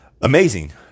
amazing